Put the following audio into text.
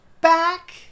back